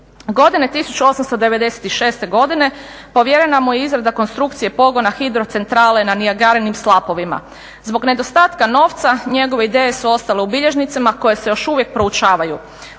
Godine 1896. povjerena mu je izrada konstrukcije pogona hidrocentrale na Niagarinim slapovima. Zbog nedostatka novca njegove ideje su ostale u bilježnicama koje se još uvijek proučavaju.